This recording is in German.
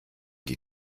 die